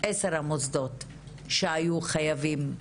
עשר המוסדות שהיו חייבים,